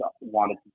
wanted